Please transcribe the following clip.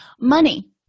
Money